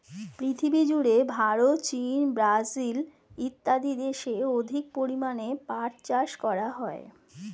পৃথিবীজুড়ে ভারত, চীন, ব্রাজিল ইত্যাদি দেশে অধিক পরিমাণে পাট চাষ করা হয়